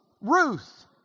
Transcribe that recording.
Ruth